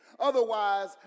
Otherwise